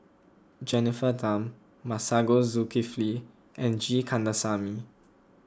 Jennifer Tham Masagos Zulkifli and G Kandasamy